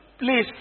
Please